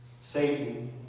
Satan